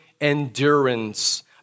endurance